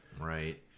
right